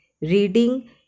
reading